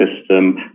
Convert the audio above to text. system